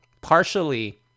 partially